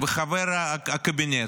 וחבר הקבינט.